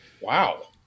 Wow